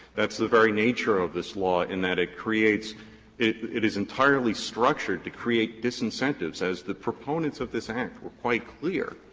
that's the very nature of this law, in that it creates it it is entirely structured to create disincentives, as the proponents of this act were quite clear,